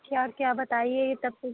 क्या क्या बताइए यह तब तो